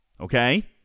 Okay